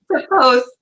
Suppose